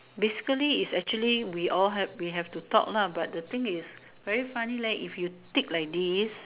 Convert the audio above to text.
basically is actually we all have we have to talk lah but thing is very funny leh if you tick like this